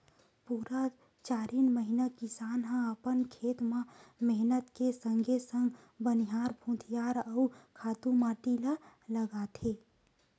पुरा चारिन महिना किसान ह अपन खेत म मेहनत के संगे संग बनिहार भुतिहार अउ खातू माटी ल लगाथे